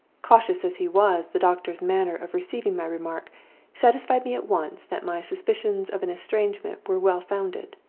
cautious as he was, the doctor's manner of receiving my remark satisfied me at once that my suspicions of an estrangement were well founded.